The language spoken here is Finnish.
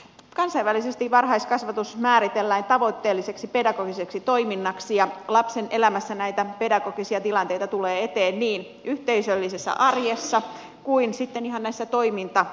kansainvälisesti varhaiskasvatus määritellään tavoitteelliseksi pedagogiseksi toiminnaksi ja lapsen elämässä näitä pedagogisia tilanteita tulee eteen niin yhteisöllisessä arjessa kuin sitten ihan näissä toimintatuokioissa